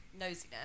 nosiness